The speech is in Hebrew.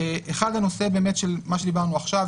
1. הנושא של מה שדיברנו עכשיו,